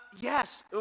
Yes